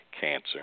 cancer